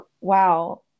wow